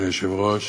אדוני היושב-ראש,